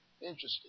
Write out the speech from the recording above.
Interesting